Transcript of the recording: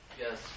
Yes